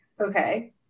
Okay